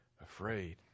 afraid